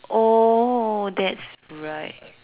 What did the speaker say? oh that's right